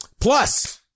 Plus